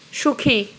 সুখী